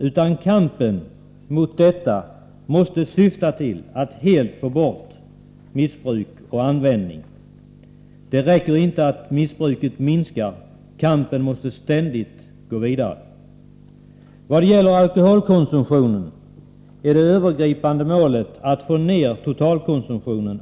I stället måste målet för kampen mot detta missbruk vara att missbruket helt försvinner. Det räcker inte att det minskar. Kampen måste ständigt gå vidare. En nedgång i totalkonsumtionen och en minskning av missbruket är det övergripande målet i fråga'om alkoholkonsumtionen.